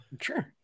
Sure